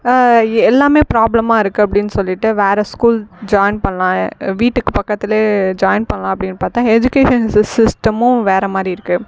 எல்லாமே ப்ராப்ளமா இருக்குது அப்படின்னு சொல்லிட்டு வேறு ஸ்கூல் ஜாயின் பண்ணலாம் வீட்டுக்கு பக்கத்தில் ஜாயின் பண்ணலாம் அப்படின்னு பார்த்தா எஜிகேஷன் சிஸ்டமும் வேறு மாதிரி இருக்குது